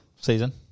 season